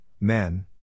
men